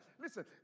listen